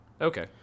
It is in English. Okay